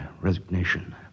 resignation